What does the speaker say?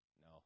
no